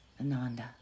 Ananda